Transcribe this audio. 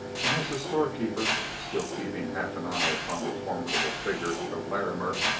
and as the storekeeper, still keeping half an eye upon the formidable figure of larrimer,